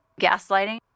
gaslighting